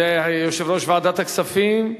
ויושב-ראש ועדת הכספים,